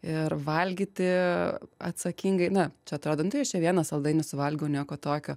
ir valgyti atsakingai na čia atrodo nu tai aš čia vieną saldainį suvalgiau nieko tokio